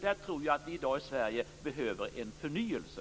Där tror jag att vi i Sverige i dag behöver en förnyelse.